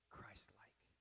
Christ-like